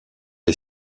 est